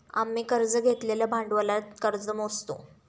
आम्ही कर्ज घेतलेल्या भांडवलात कर्ज मोजतो